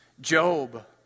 Job